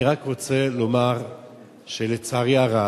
אני רק רוצה לומר שלצערי הרב,